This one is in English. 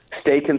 stay